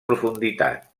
profunditat